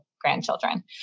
grandchildren